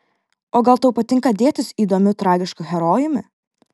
o gal tau patinka dėtis įdomiu tragišku herojumi